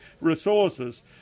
resources